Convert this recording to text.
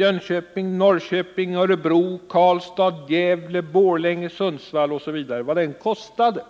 Jönköping, Norrköping, Örebro, Karlstad, Gävle, Borlänge, Sundsvall osv. kostade?